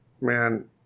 man